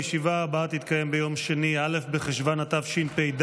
הישיבה הבאה תתקיים ביום שני א' בחשוון התשפ"ד,